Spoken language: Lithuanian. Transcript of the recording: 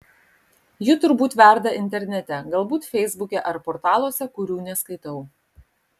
ji turbūt verda internete galbūt feisbuke ar portaluose kurių neskaitau